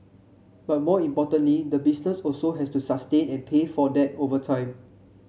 but more importantly the business also has to sustain and pay for that over time